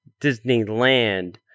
Disneyland